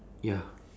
ya